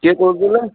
କିଏ କହୁଥିଲେ